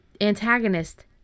antagonist